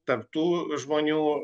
tarp tų žmonių